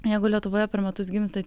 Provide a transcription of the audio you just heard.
jeigu lietuvoje per metus gimsta